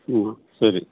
ಹ್ಞೂ ಸರಿ